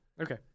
Okay